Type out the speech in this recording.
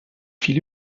viel